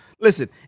Listen